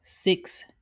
six